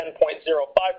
10.05%